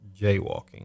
jaywalking